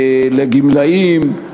לגמלאים,